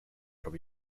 from